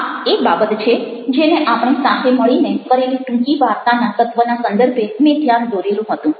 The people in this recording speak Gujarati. આ એ બાબત છે જેને આપણે સાથે મળીને કરેલી ટૂંકી વાર્તાના તત્ત્વના સંદર્ભે મેં ધ્યાન દોરેલું હતું